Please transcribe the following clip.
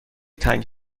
تنگ